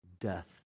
death